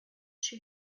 she